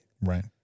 Right